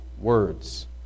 words